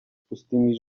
pustymi